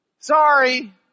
Sorry